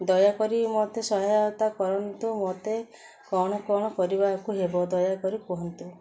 ଦୟାକରି ମତେ ସହାୟତା କରନ୍ତୁ ମତେ କ'ଣ କ'ଣ କରିବାକୁ ହେବ ଦୟାକରି କୁହନ୍ତୁ